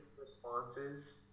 responses